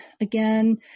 again